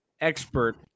expert